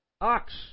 ox